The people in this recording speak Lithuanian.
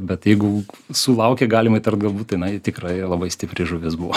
bet jeigu sulaukė galima įtart galbūt jinai tikrai labai stipri žuvis buvo